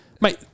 Mate